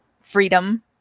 freedom